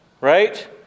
right